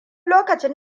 lokacin